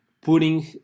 putting